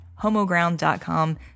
homoground.com